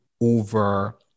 over